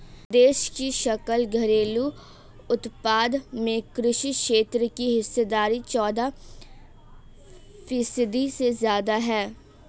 देश की सकल घरेलू उत्पाद में कृषि क्षेत्र की हिस्सेदारी चौदह फीसदी से ज्यादा है